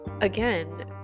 again